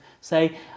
say